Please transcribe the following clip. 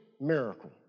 miracle